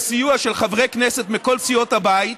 בסיוע של חברי כנסת מכל סיעות הבית,